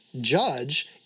judge